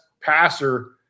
passer